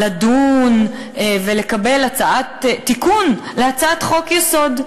לדון ולקבל תיקון להצעת חוק-יסוד.